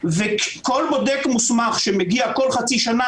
מכן ------- וכל בודק מוסמך שמגיע כל חצי שנה,